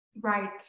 Right